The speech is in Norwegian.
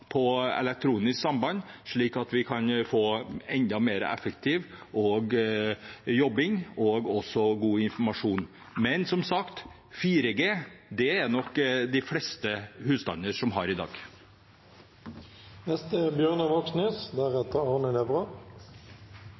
slik at vi kan få enda mer effektiv jobbing og god informasjon. Men som sagt, de fleste husstander har nok